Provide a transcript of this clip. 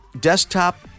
desktop